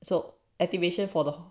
so activation for the